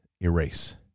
erase